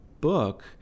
book